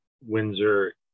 windsor